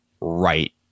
right